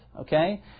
okay